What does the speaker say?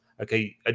okay